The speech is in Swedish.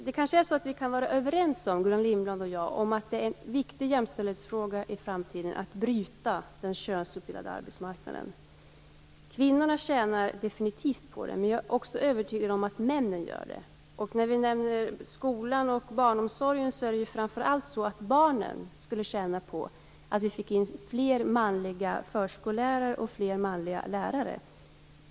Fru talman! Vi kanske kan vara överens, Gullan Lindblad och jag, om att det är en viktig jämställdhetsfråga i framtiden att bryta den könsuppdelade arbetsmarknaden. Kvinnorna tjänar definitivt på det. Men jag är också övertygad om att männen gör det. När vi nämner skolan och barnomsorgen är det framför allt så att barnen skulle tjäna på att vi fick fler manliga förskolelärare och fler manliga lärare.